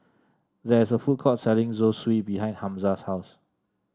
there is a food court selling Zosui behind Hamza's house